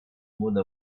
mode